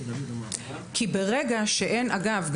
אגב,